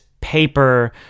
paper